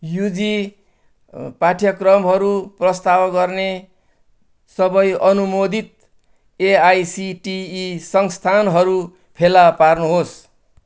UG पाठ्यक्रमहरू प्रस्ताव गर्ने सबै अनुमोदित एआइसिटिई संस्थानहरू फेला पार्नुहोस्